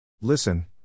Listen